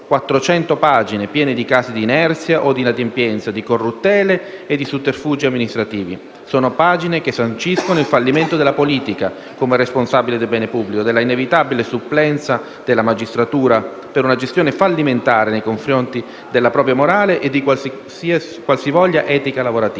pagine piene di casi di inerzia o di inadempienza, di corruttele e di sotterfugi amministrativi. Sono pagine che sanciscono il fallimento della politica come responsabile del bene pubblico e dell'inevitabile supplenza della magistratura per una gestione fallimentare nei confronti della propria morale e di qualsivoglia etica lavorativa.